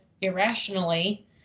irrationally